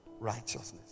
Righteousness